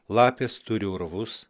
lapės turi urvus